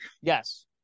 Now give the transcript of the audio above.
Yes